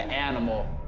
animal.